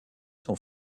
sont